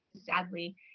sadly